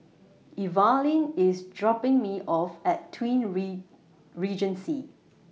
Evalyn IS dropping Me off At Twin re Regency